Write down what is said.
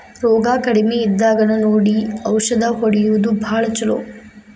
ರೋಗಾ ಕಡಮಿ ಇದ್ದಾಗನ ನೋಡಿ ಔಷದ ಹೊಡಿಯುದು ಭಾಳ ಚುಲೊ